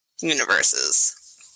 universes